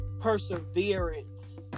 Perseverance